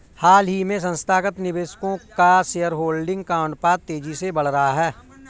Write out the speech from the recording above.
हाल ही में संस्थागत निवेशकों का शेयरहोल्डिंग का अनुपात तेज़ी से बढ़ रहा है